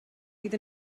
fydd